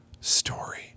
story